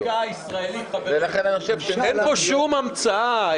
היא מדברת להחיל על --- חקיקה ישראלית --- אין פה שום המצאה.